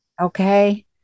Okay